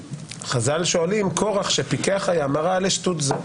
חז"ל שואלים קורח שפיקח היה אמר מה לי לשטות זו.